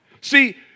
See